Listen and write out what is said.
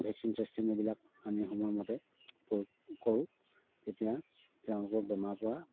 vaccine চেকচিন এইবিলাক আনি সময়মতে প্ৰয়োগ কৰোঁ তেতিয়া তেওঁলোকক বেমাৰৰ পৰা